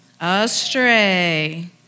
astray